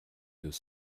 deux